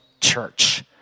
church